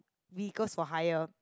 vehicles for hire